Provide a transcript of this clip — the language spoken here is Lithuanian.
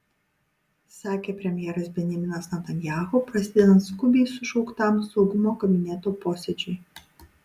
sakė premjeras benjaminas netanyahu prasidedant skubiai sušauktam saugumo kabineto posėdžiui